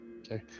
Okay